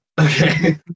Okay